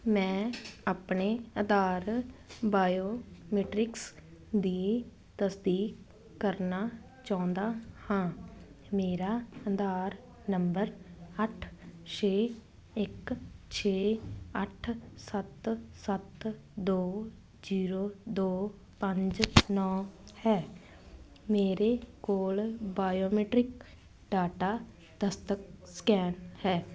ਮੈਂ ਆਪਣੇ ਆਧਾਰ ਬਾਇਓਮੀਟ੍ਰਿਕਸ ਦੀ ਤਸਦੀਕ ਕਰਨਾ ਚਾਹੁੰਦਾ ਹਾਂ ਮੇਰਾ ਆਧਾਰ ਨੰਬਰ ਅੱਠ ਛੇ ਇੱਕ ਛੇ ਅੱਠ ਸੱਤ ਸੱਤ ਦੋ ਜ਼ੀਰੋ ਦੋ ਪੰਜ ਨੌਂ ਹੈ ਮੇਰੇ ਕੋਲ ਬਾਇਓਮੀਟ੍ਰਿਕ ਡਾਟਾ ਦਸਤਖਤ ਸਕੈਨ ਹੈ